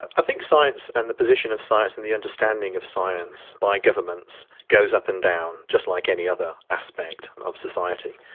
i think science and the position of science and the understanding of science by governments goes up and down, just like any other aspect of society.